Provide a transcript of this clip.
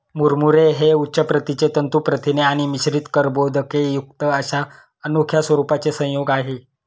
मुरमुरे हे उच्च प्रतीचे तंतू प्रथिने आणि मिश्रित कर्बोदकेयुक्त अशा अनोख्या स्वरूपाचे संयोग आहे